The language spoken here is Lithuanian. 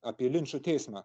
apie linčo teismą